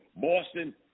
Boston